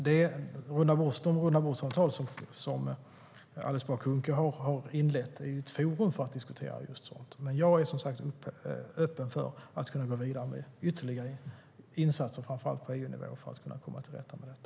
De rundabordssamtal som Alice Bah Kuhnke har inlett är ett forum för att diskutera just sådant. Men jag är som sagt öppen för att gå vidare med ytterligare insatser, framför allt på EU nivå, för att kunna komma till rätta med detta.